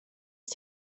wyt